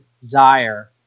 desire